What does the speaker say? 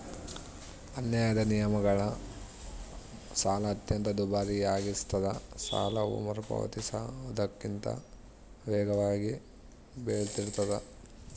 ಅನ್ಯಾಯದ ನಿಯಮಗಳು ಸಾಲ ಅತ್ಯಂತ ದುಬಾರಿಯಾಗಿಸ್ತದ ಸಾಲವು ಮರುಪಾವತಿಸುವುದಕ್ಕಿಂತ ವೇಗವಾಗಿ ಬೆಳಿತಿರ್ತಾದ